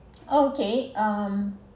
okay um